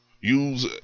Use